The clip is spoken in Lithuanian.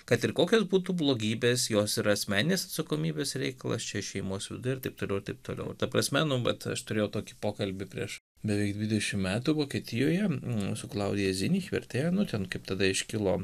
kad ir kokios būtų blogybės jos yra asmeninės atsakomybės reikalas čia šeimos viduj ir taip toliau taip toliau ta prasme nu vat aš turėjau tokį pokalbį prieš beveik dvidešim metų vokietijoje mūsų klaudija vertėja nu ten kaip tada iškilo